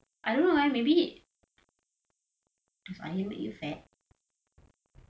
I don't know maybe does iron make you fat